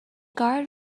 guard